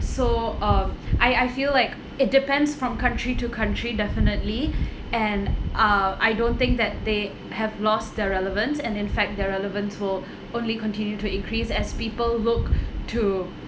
so um I I feel like it depends from country to country definitely and uh I don't think that they have lost their relevance and in fact their relevance will only continue to increase as people look to